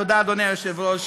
תודה, אדוני היושב-ראש.